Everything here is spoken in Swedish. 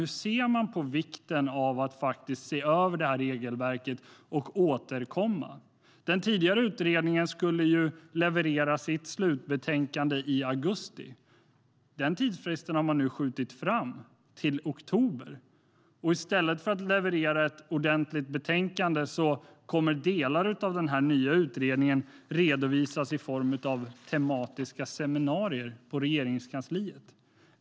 Hur ser man på vikten av att se över det här regelverket och att återkomma? Den tidigare utredningen skulle leverera sitt slutbetänkande i augusti. Den tidsfristen har man nu skjutit fram till oktober. Och i stället för att leverera ett ordentligt betänkande kommer man att redovisa delar av den nya utredningen i form av tematiska seminarier på Regeringskansliet.